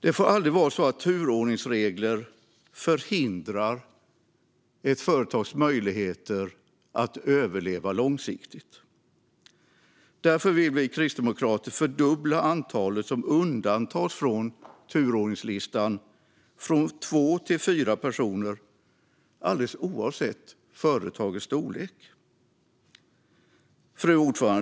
Det får aldrig vara så att turordningsregler förhindrar ett företags möjligheter att överleva långsiktigt. Därför vill vi kristdemokrater fördubbla antalet som undantas från turordningslistan från två till fyra personer, alldeles oavsett företagets storlek. Fru talman!